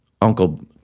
Uncle